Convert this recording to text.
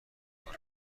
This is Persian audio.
کنید